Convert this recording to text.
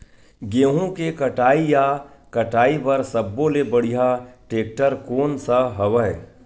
गेहूं के कटाई या कटाई बर सब्बो ले बढ़िया टेक्टर कोन सा हवय?